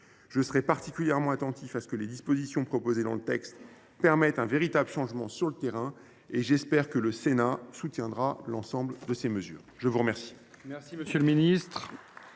Je serai particulièrement attentif à ce que les dispositions proposées entraînent un véritable changement sur le terrain, et j’espère que le Sénat soutiendra l’ensemble de ces mesures. La parole